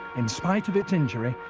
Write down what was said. in spite of its injury,